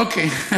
אוקיי.